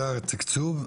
זה התקצוב.